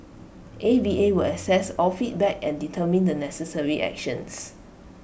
A V A will assess all feedback and determine the necessary actions